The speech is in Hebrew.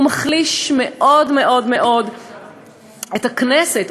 הוא מחליש מאוד מאוד מאוד את הכנסת,